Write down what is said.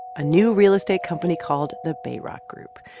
a new real estate company called the bayrock group,